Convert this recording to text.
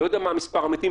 לא יודע מה מס' המתים,